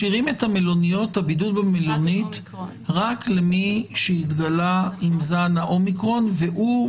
משאירים את הבידוד במלונית רק למי שהתגלה עם זן האומיקרון והוא,